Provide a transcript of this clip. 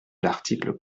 l’article